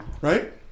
Right